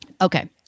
Okay